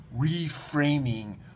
reframing